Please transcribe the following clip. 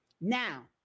now